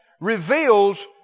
reveals